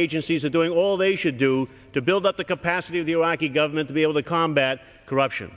agencies are doing all they should do to build up the capacity of the iraqi government to be able to combat corruption